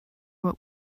what